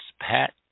pat